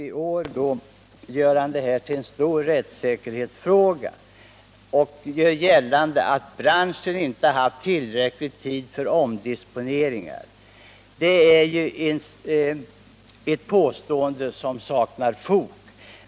I år gör han detta ärende till en stor rättssäkerhetsfråga och gör gällande att branschen inte haft tillräcklig tid för omdisponeringar. Det är ju ett påstående som saknar fog.